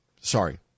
sorry